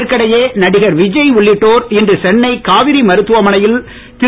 இதற்கிடையே நடிகர் விஜய் உள்ளிட்டோர் இன்று சென்னை காவிரி மருத்துவமனையில் திரு